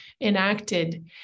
enacted